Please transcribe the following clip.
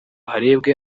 harebwe